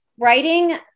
writing